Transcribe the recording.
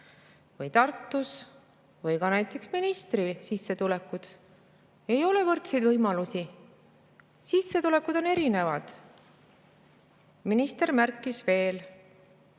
või Tartus või ka näiteks ministri sissetulekud. Ei ole võrdseid võimalusi. Sissetulekud on erinevad. Minister märkis veel,